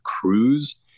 cruise